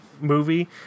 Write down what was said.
movie